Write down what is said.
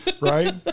right